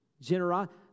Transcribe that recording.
generosity